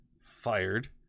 fired